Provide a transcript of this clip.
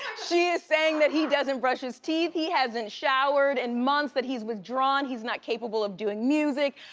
she is saying that he doesn't brush his teeth. he hasn't showered in months. that he's withdrawn, he's not capable of doing music.